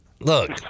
Look